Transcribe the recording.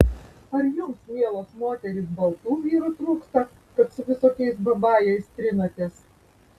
ar jums mielos moterys baltų vyrų trūksta kad su visokiais babajais trinatės